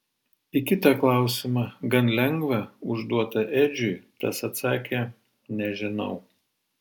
į kitą klausimą gan lengvą užduotą edžiui tas atsakė nežinau